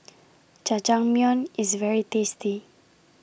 Jajangmyeon IS very tasty